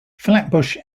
flatbush